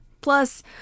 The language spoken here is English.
Plus